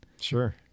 Sure